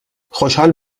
خوشحال